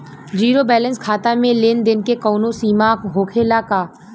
Zero balance खाता में लेन देन के कवनो सीमा होखे ला का?